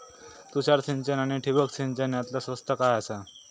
तुषार सिंचन आनी ठिबक सिंचन यातला स्वस्त काय आसा?